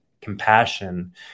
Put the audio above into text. compassion